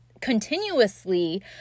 continuously